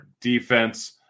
defense